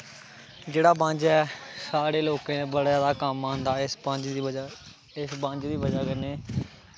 जेह्ड़ा बंज ऐ साढ़े लोकें दे बड़ा कम्म आंदा ऐ एह् इक बंज दी बजाह् कन्नै